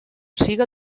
siga